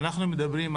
כן.